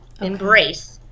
Embrace